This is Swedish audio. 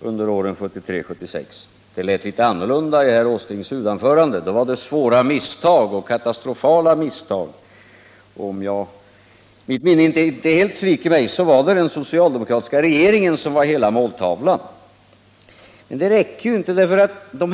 under åren 1973 till 1976. Det lät litet annorlunda i herr Åslings huvudanförande, där han talade om svåra och katastrofala misstag. Om mitt minne inte helt sviker mig var det enbart den socialdemokratiska regeringen som var måltavlan för hans kritik. Men det går inte ihop.